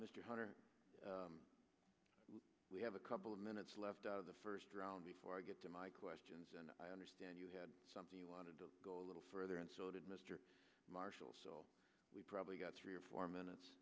mr hunter we have a couple of minutes left of the first round before i get to my questions and i understand you had something you wanted to go a little further and so did mr marshall so we probably got three or four minutes